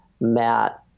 Matt